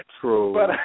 true